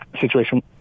situation